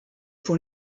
pour